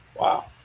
wow